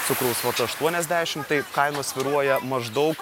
cukraus vata aštuoniasdešimt taip kainos svyruoja maždaug